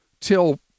till